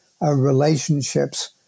relationships